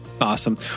Awesome